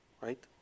Right